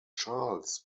charles